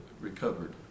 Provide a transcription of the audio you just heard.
recovered